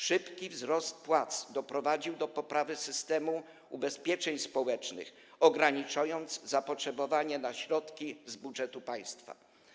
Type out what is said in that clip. Szybki wzrost płac doprowadził do poprawy systemu ubezpieczeń społecznych, ograniczając zapotrzebowanie na środki z budżetu państwa.